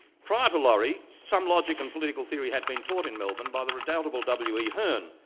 prior to laurie some logic and political theory had been taught in melbourne by the redoubtable w. e. hearn,